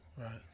Right